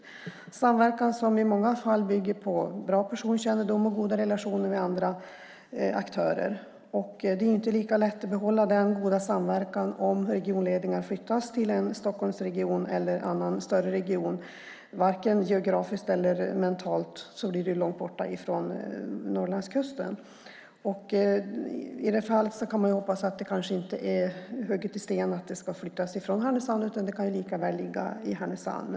Det är en samverkan som i många fall bygger på bra personkännedom och goda relationer med andra aktörer. Det är inte lika lätt att behålla denna goda samverkan, varken geografiskt eller mentalt, om regionledningar flyttas till Stockholmsregionen eller någon annan större region som ligger långt från Norrlandskusten. I det här fallet kan man hoppas att det kanske inte är hugget i sten att ledningen ska flyttas från Härnösand. Den kan lika väl ligga i Härnösand.